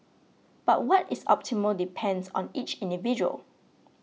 but what is optimal depends on each individual